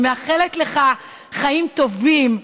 אני מאחלת לך חיים טובים,